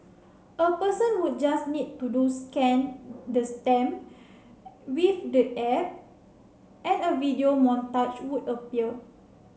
a person would just need to do scan the stamp with the app and a video montage would appear